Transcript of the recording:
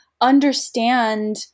understand